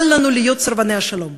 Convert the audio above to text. אל לנו להיות סרבני השלום.